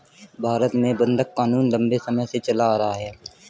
भारत में बंधक क़ानून लम्बे समय से चला आ रहा है